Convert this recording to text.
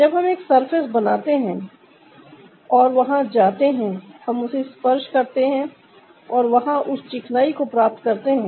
जब हम एक सरफेस बनाते हैं और वहां जाते हैं हम उसे स्पर्श करते हैं और वहां उस चिकनाई को प्राप्त करते हैं